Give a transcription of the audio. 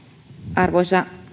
arvoisa